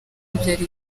byari